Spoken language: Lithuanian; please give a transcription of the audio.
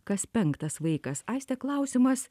kas penktas vaikas aiste klausimas